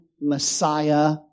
Messiah